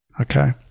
Okay